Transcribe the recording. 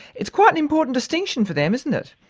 it's quite an important distinction for them, isn't it?